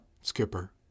Skipper